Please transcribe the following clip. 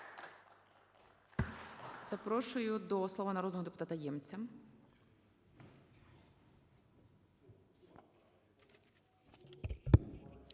Дякую.